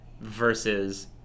versus